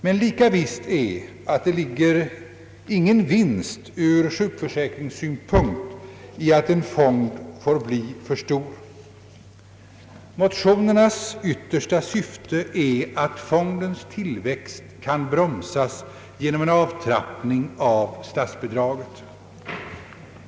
Men lika visst är att det inte är någon vinst för sjukförsäkringen att en fond får bli för stor. Motionens yttersta syfte är att fondens tillväxt skall bromsas genom en avtrappning av statsbidraget.